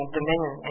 dominion